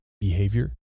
behavior